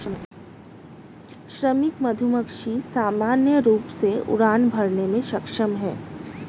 श्रमिक मधुमक्खी सामान्य रूप से उड़ान भरने में सक्षम हैं